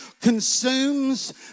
consumes